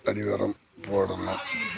அடி உரம் போடணும்